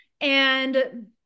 and-